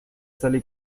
sale